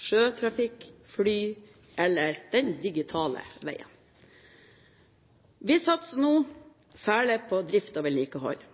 sjøtrafikk, fly eller den digitale veien. Vi satser nå særlig på drift og vedlikehold.